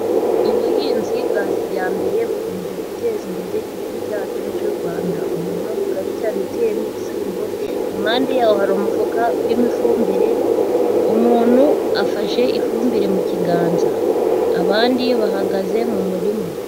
Ubuhinzi bwa kijyambere bukomeje guteza imbere igihugu cyacu cy'u Rwanda. Umurima mugari cyane uteyemo ibishyimbo, impande yaho hari umufuka urimo ifumbire, umuntu afashe ifumbire mu kiganza. Abandi bahagaze mu murima.